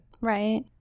Right